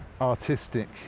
artistic